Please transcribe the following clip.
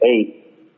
eight